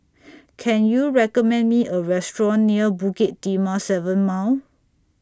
Can YOU recommend Me A Restaurant near Bukit Timah seven Mile